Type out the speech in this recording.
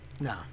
No